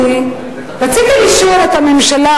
מה שעניין אותי, רציתי לשאול את הממשלה,